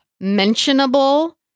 mentionable